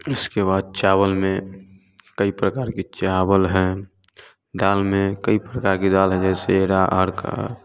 इसके बाद चावल में कई प्रकार के चावल है दाल में कई प्रकार की दाल है जैसे अरहर का